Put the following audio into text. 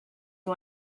you